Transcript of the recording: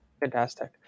Fantastic